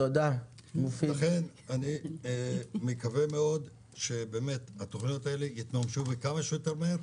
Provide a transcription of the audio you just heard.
אז אני מקווה שהתוכניות האלה יתממשו כמה שיותר מהר,